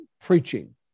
preaching